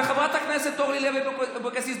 וחברת הכנסת אורלי לוי אבקסיס,